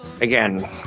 Again